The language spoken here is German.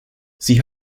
sie